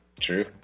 true